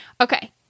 Okay